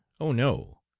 oh no!